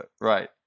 Right